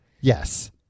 Yes